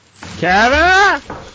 Kevin